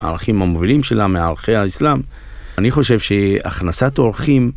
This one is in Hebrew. הערכים המובילים שלה מהערכי האסלאם, אני חושב שהכנסת העורכים